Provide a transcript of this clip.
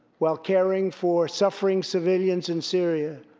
while caring for suffering civilians in syria,